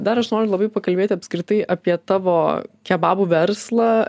dar aš noriu labai pakalbėti apskritai apie tavo kebabų verslą